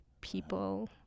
people